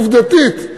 עובדתית,